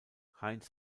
heinz